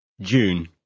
June